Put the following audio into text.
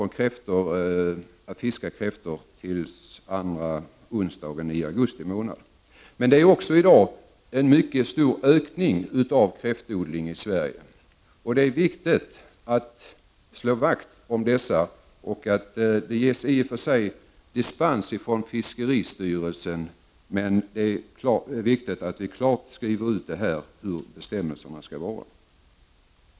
I dag har vi alltså ett förbud mot kräftfiske till andra onsdagen i augusti. Vi har också en mycket stor ökning av kräftodlingar i Sverige. Det är viktigt att slå vakt om dessa. Det ges i och för sig dispens från fiskeristyrelsen när det gäller kräftfiske. Men det är viktigt att bestämmelserna utformas klart.